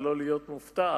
ולא להיות מופתעת